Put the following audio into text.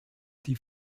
die